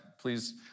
please